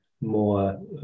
more